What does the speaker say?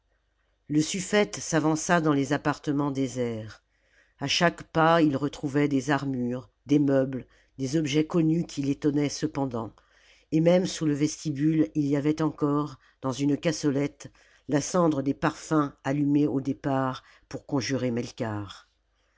le suffete s'avança dans les appartements déserts a chaque pas il retrouvait des armures des meubles des objets connus qui l'étonnaient cependant et même sous le vestibule il y avait encore dans une cassolette la cendre des parfums allumés au départ pour conjurer melkarth